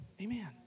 Amen